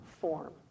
form